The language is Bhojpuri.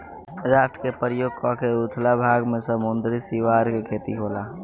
राफ्ट के प्रयोग क के उथला भाग में समुंद्री सिवार के खेती होला